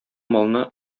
малны